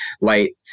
light